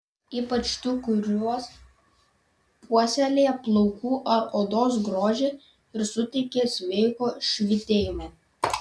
ypač tų kurios puoselėja plaukų ar odos grožį ir suteikia sveiko švytėjimo